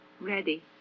Ready